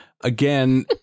again